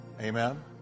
Amen